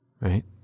Right